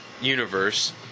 universe